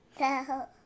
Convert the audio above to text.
No